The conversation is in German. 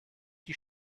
die